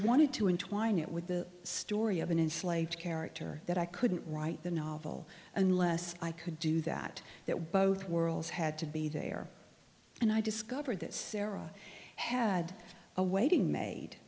wanted to in twine it with the story of an inflated character that i couldn't write the novel unless i could do that that both worlds had to be there and i discovered that sarah had a waiting ma